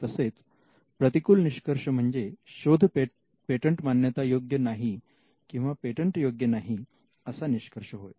तसेच प्रतिकूल निष्कर्ष म्हणजे शोध पेटंट मान्यता योग्य नाही किंवा पेटंट योग्य नाही असा निष्कर्ष होय